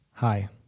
Hi